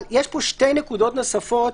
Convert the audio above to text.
בסוף אם זה יידון בשתי ועדות נפרדות,